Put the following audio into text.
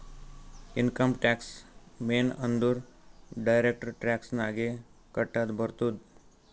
income tax main ಅಂದುರ್ direct tax ನಾಗೆ ಕಟ್ಟದ್ ಬರ್ತುದ್